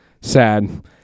sad